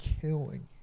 killing